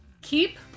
keep